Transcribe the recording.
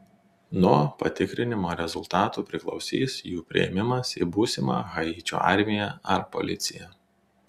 nuo patikrinimo rezultatų priklausys jų priėmimas į būsimą haičio armiją ar policiją